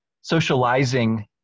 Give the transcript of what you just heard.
socializing